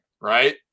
right